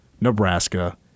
Nebraska